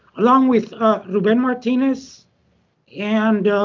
along with ben martinez and